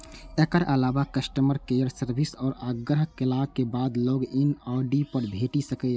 एकर अलावा customer care service सं आग्रह केलाक बाद लॉग इन आई.डी भेटि सकैए